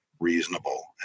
Reasonable